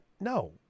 No